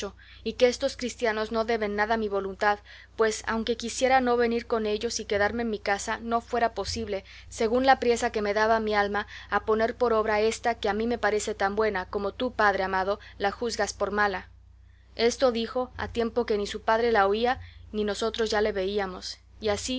y que estos cristianos no deben nada a mi voluntad pues aunque quisiera no venir con ellos y quedarme en mi casa me fuera imposible según la priesa que me daba mi alma a poner por obra ésta que a mí me parece tan buena como tú padre amado la juzgas por mala esto dijo a tiempo que ni su padre la oía ni nosotros ya le veíamos y así